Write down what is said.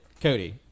Cody